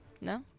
No